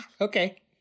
Okay